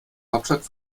hauptstadt